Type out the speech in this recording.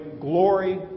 glory